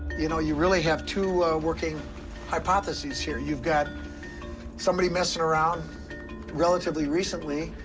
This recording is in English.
you know, you really have two working hypotheses here. you've got somebody messing around relatively recently,